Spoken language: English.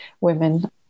women